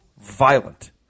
violent